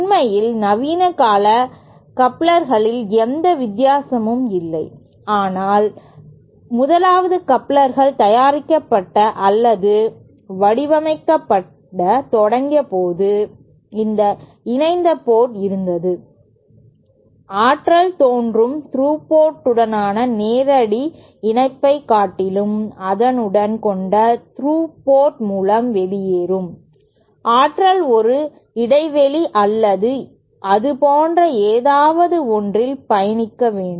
உண்மையில் நவீன கால கப்ளர்களில் எந்த வித்தியாசமும் இல்லை ஆனால் 1 வது கப்ளர்கள் தயாரிக்கப்பட அல்லது வடிவமைக்கப்பட தொடங்கியபோது இந்த இணைந்த போர்ட் இருந்தது ஆற்றல் தோன்றும் த்ரூ போர்டானது நேரடி இணைப்பைக் காட்டிலும் அதனுடன் கொண்ட த்ரூ போர்டின் மூலம் வெளியேறும் ஆற்றல் ஒரு இடைவெளி அல்லது அது போன்ற ஏதாவது ஒன்றில் பயணிக்க வேண்டும்